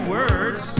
words